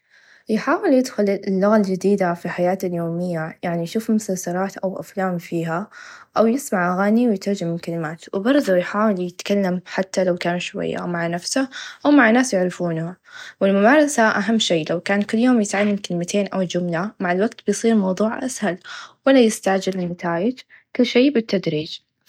يحاول يدخل اللغه الچديده في حياته اليوميه يعني يشوف مسلسلات أو أفلام فيها أو يسمع أغاني و يترچم الكلمات و برظه يحاول يتكلم حتى لو كان شويه مع نفسه أو مع نا يعرفونه و الممارسه أهم شئ يعني لو كان كل يوم يتعلم كلمتين أو چمله مع الوقت بيصير الموظوع أسهل ولا يستعچل بالنتايچ كل شئ بالتدريچ.